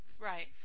Right